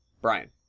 Brian